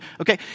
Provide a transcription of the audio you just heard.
Okay